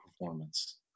performance